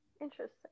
interesting